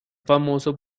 famoso